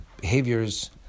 behaviors